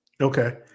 okay